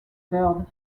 bird